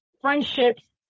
friendships